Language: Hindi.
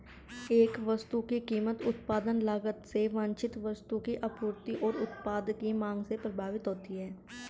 एक वस्तु की कीमत उत्पादन लागत से वांछित वस्तु की आपूर्ति और उत्पाद की मांग से प्रभावित होती है